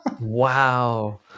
Wow